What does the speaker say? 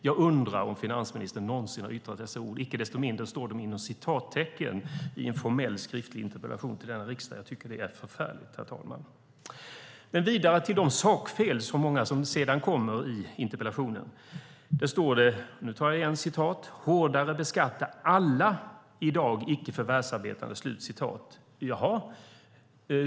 Jag undrar om finansministern någonsin har yttrat dessa ord. Icke desto mindre står de inom citattecken i en formell skriftlig interpellation till denna riksdag. Jag tycker att det är förförligt, herr talman. Jag går vidare till de många sakfel som sedan kommer i interpellationen. Det står: "hårdare beskatta alla i dag icke förvärvsarbetande".